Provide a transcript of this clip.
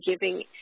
giving